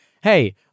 hey